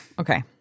Okay